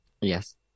Yes